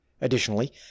Additionally